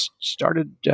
started